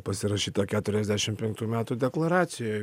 pasirašyta keturiasdešim penktų metų deklaracijoj